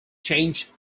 changed